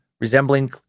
resembling